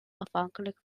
afhankelijk